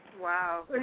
Wow